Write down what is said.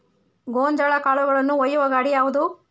ಗೋಂಜಾಳ ಕಾಳುಗಳನ್ನು ಒಯ್ಯುವ ಗಾಡಿ ಯಾವದು?